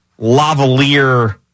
lavalier